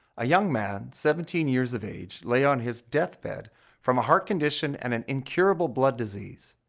a young man seventeen years of age lay on his death bed from a heart condition and an incurable blood disease.